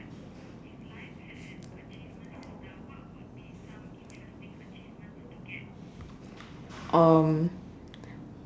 um